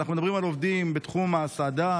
אנחנו מדברים על עובדים בתחום ההסעדה,